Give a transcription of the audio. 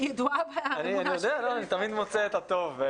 אני ידועה באמונה שלי, אבל תמיד יש את הספק.